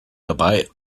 dabei